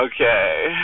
Okay